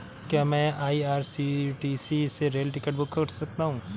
क्या मैं आई.आर.सी.टी.सी से रेल टिकट बुक कर सकता हूँ?